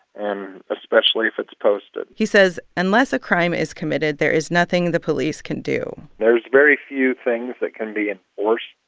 and especially if it's posted he says unless a crime is committed, there is nothing the police can do there's very few things that can be ah enforced